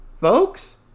folks